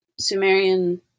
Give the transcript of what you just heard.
Sumerian